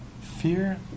fear